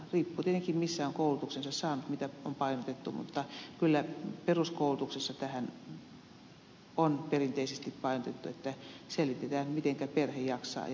riippuu tietenkin missä on koulutuksensa saanut mitä on painotettu mutta kyllä peruskoulutuksessa tähän on perinteisesti painotettu että selvitetään mitenkä perhe jaksaa ja minkälaiset kotiolot kotona on